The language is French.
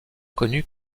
connu